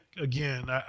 again